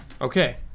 Okay